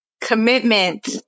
Commitment